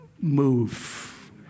move